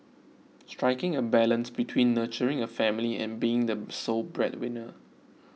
striking a balance between nurturing a family and being the sole breadwinner